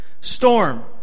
storm